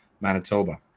Manitoba